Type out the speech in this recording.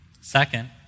Second